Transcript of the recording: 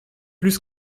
plus